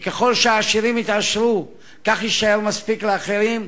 שככל שהעשירים יתעשרו כך יישאר מספיק לאחרים,